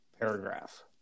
paragraph